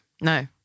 No